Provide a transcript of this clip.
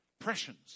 pressions